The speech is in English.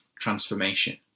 transformation